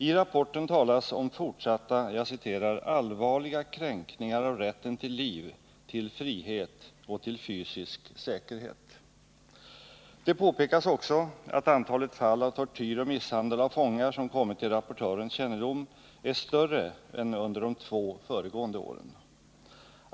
I rapporten talas om fortsatta ”allvarliga kränkningar av rätten till liv, till frihet och till fysisk säkerhet”. Det påpekas att antalet fall av tortyr och misshandel av fångar som kommit till rapportörens kännedom är större än under de två föregående åren.